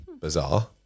Bizarre